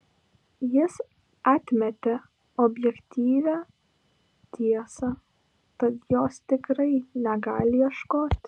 jis atmetė objektyvią tiesą tad jos tikrai negali ieškoti